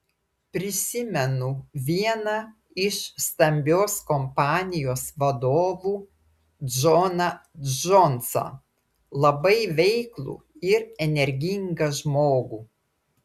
prisimenu vieną iš stambios kompanijos vadovų džoną džonsą labai veiklų ir energingą žmogų